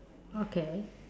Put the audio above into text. okay